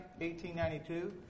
1892